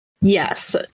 yes